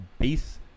base